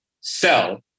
sell